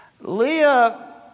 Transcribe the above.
Leah